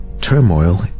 turmoil